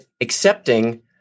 accepting